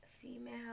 Female